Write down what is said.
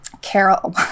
Carol